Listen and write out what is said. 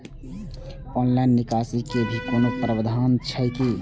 Online निकासी के भी कोनो प्रावधान छै की?